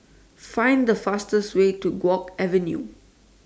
Find The fastest Way to Guok Avenue